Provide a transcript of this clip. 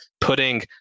putting